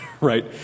right